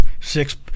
six